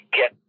get